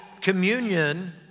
communion